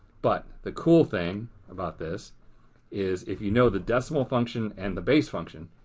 but the cool thing about this is if you know the decimal function and the base function,